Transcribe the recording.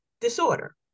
disorder